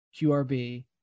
QRB